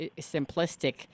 simplistic